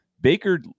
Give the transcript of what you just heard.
Baker